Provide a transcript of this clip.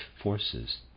forces